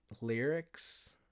lyrics